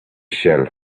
shell